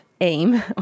aim